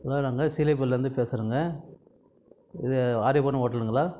hello நாங்கள் சீலைப்பள்ளிலேர்ந்து பேசுறோங்க இது ஆரியபவன் ஹோட்டலுங்களா